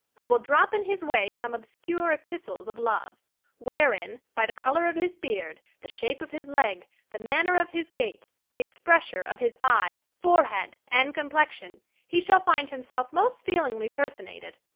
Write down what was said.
i will drop in his way some obscure epistles of love wherein, by the colour of his beard, the shape of his leg, the manner of his gait, the expressure of his eye, forehead, and complexion, he shall find himself most feelingly personated.